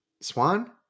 Swan